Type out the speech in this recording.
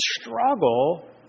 struggle